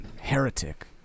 heretic